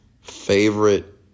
Favorite